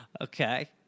Okay